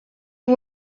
you